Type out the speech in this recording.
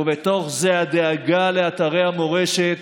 ובתוך זה הדאגה לאתרי המורשת